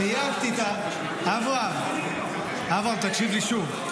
אבל רגע, בכוונה סייגתי את, אברהם, תקשיב לי שוב.